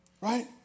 right